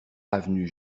avenue